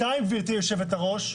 שתיים, גברתי יושבת הראש.